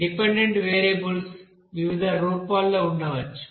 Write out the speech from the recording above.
independent variables వివిధ రూపాల్లో ఉండవచ్చు